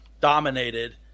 dominated